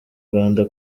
rwanda